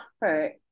hurt